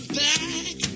back